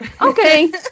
Okay